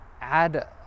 add